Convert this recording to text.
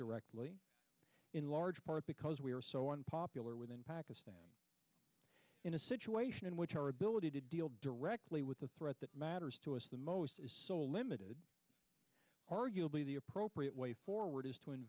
directly in large part because we are so unpopular within pakistan in a situation in which our ability to deal directly with the threat that matters to us the most is so limited arguably the appropriate way forward is t